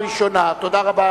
נתקבלה.